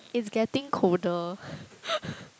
it's getting colder